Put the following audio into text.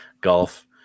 Golf